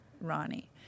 Ronnie